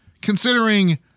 considering